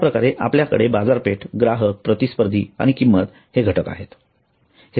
अश्याप्रकारे आपल्याकडे बाजारपेठ ग्राहक प्रतिस्पर्धी आणि किंमत हे घटक आहेत आहे